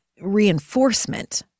reinforcement